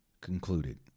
concluded